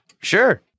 Sure